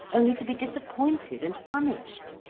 only to be disappointed and punished!